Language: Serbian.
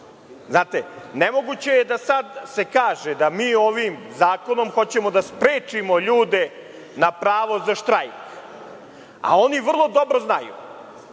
Znate, nemoguće je da se sada kaže da mi ovim zakonom hoćemo da sprečimo ljude na pravo za štrajk. Oni vrlo dobro znaju